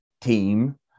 Team